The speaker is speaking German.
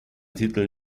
titel